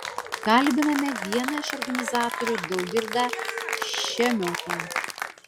kalbiname vieną iš organizatorių daugirdą šemiotą